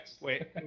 Wait